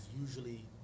usually